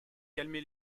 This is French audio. calmé